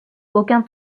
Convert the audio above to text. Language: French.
aucun